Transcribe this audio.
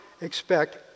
expect